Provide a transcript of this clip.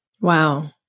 Wow